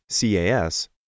CAS